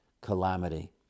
calamity